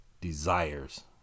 desires